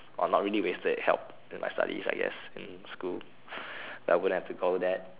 or not really wasted help in my studies I guess in school I will have to go with that